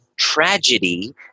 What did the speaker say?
tragedy